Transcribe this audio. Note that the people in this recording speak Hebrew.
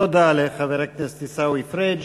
תודה לחבר הכנסת עיסאווי פריג'.